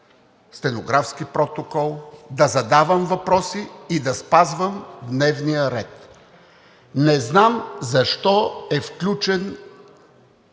стенографски протокол, да задавам въпроси и да спазвам дневния ред. Не знам защо е включен